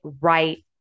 right